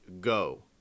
go